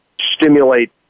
stimulate